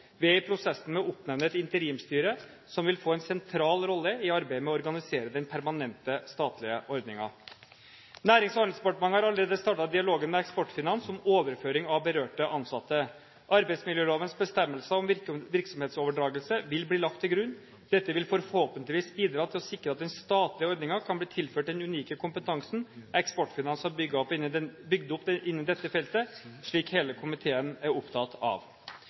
i prosessen med å oppnevne et interimsstyre, som vil få en sentral rolle i arbeidet med å organisere den permanente statlige ordningen. Nærings- og handelsdepartementet har allerede startet dialogen med Eksportfinans om overføring av berørte ansatte. Arbeidsmiljølovens bestemmelser om virksomhetsoverdragelse vil bli lagt til grunn. Dette vil forhåpentligvis bidra til å sikre at den statlige ordningen kan bli tilført den unike kompetansen Eksportfinans har bygget opp innen dette feltet, slik hele komiteen er opptatt av.